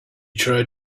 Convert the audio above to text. tried